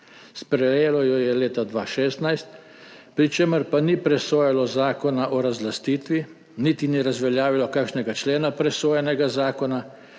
Sprejelo jo je leta 2016, pri čemer pa ni presojalo zakona o razlastitvi, niti ni razveljavilo kakšnega člena presojanega zakona,